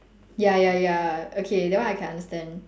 ya ya ya okay that one I can understand